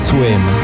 Swim